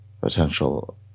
potential